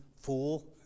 fool